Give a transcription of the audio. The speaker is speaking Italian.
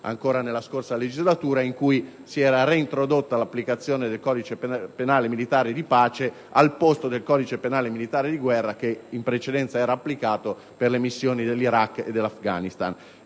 ancora nella scorsa legislatura, con il quale era stata reintrodotta l'applicazione del codice penale militare di pace al posto del codice penale militare di guerra, che in precedenza era applicato per le missioni in Iraq e in Afghanistan.